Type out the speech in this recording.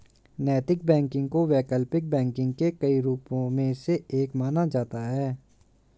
नैतिक बैंकिंग को वैकल्पिक बैंकिंग के कई रूपों में से एक माना जाता है